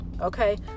okay